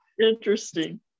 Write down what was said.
interesting